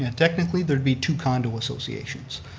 and technically there'd be two condo associations.